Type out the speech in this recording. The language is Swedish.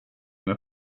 med